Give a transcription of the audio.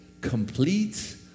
complete